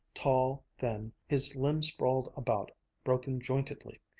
tall, thin, his limbs sprawled about broken-jointedly.